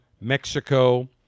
Mexico